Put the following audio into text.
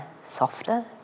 softer